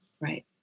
Right